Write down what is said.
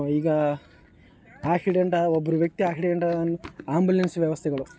ಈಗ ಆಕ್ಸಿಡೆಂಟಾದಾಗ ಒಬ್ಬರು ವ್ಯಕ್ತಿ ಆಕ್ಸಿಡೆಂಟಾದಾಗ ಆ್ಯಂಬುಲೆನ್ಸ್ ವ್ಯವಸ್ಥೆಗಳು